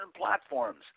platforms